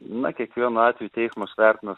na kiekvienu atveju teismas vertina